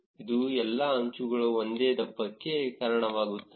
ಇದು ಎಲ್ಲಾ ಅಂಚುಗಳು ಒಂದೇ ದಪ್ಪಕ್ಕೆ ಕಾರಣವಾಗುತ್ತದೆ